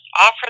offer